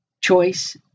choice